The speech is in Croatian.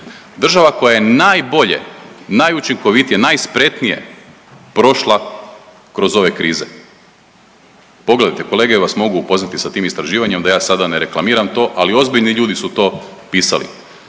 Država koja je najbolje, najučinkovitije, najspretnije prošla kroz ove krize. Pogledajte, kolege vas mogu upoznati sa tim istraživanjem da ja sada ne reklamiram to, ali ozbiljni ljudi su to pisali.